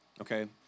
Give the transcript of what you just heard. okay